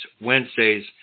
Wednesdays